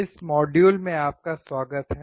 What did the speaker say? इस मॉड्यूल में आपका स्वागत है